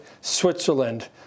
Switzerland